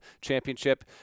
championship